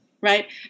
right